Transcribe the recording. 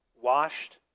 washed